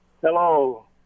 Hello